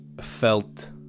felt